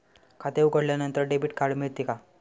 खाते उघडल्यानंतर debit card मिळते का?